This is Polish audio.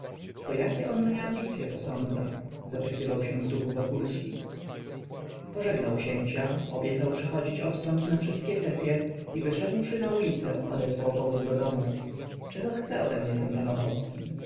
o jakie on mnie ambicye posądza zapytywał się w duchu wokulski pożegnał księcia obiecał przychodzić odtąd na wszystkie sesye i wyszedłszy na ulicę odesłał powóz do domu czego chce ode mnie ten pan ochocki